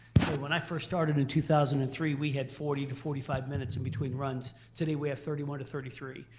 so when i first started in two thousand and three, we had forty to forty five minutes in between runs. today we have thirty one to thirty three.